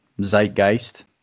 Zeitgeist